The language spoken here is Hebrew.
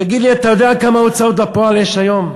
תגיד לי, אתה יודע כמה הוצאות לפועל יש היום?